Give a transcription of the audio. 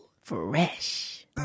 Fresh